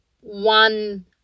one